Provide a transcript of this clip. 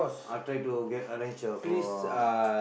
I try to get arrange a for